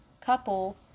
couple